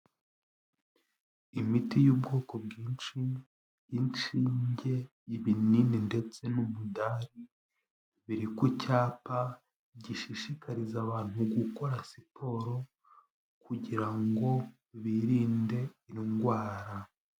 Imiti y'ubwoko bwinshi inshinge, ibinini ndetse n'umudari, biri ku cyapa gishishikariza abantu gukora siporo kugira ngo birinde indwara.